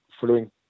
following